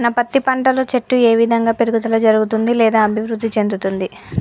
నా పత్తి పంట లో చెట్టు ఏ విధంగా పెరుగుదల జరుగుతుంది లేదా అభివృద్ధి చెందుతుంది?